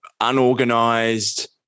unorganized